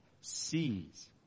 sees